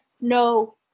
no